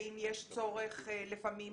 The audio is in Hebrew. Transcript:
ואם יש צורך לפעמים